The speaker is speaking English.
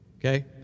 okay